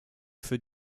für